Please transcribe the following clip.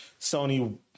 Sony